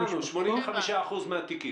הבנו, 85% מן התיקים.